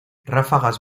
ráfagas